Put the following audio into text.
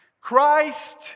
Christ